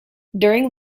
during